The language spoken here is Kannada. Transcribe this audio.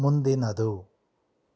ಮುಂದಿನದು